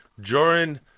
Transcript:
Joran